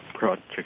project